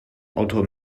auto